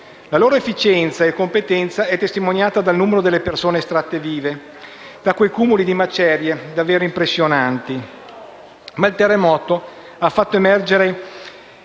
La loro efficienza e competenza è testimoniata dal numero delle persone estratte vive da quei cumuli di macerie, davvero impressionanti. Ma il terremoto ha fatto emergere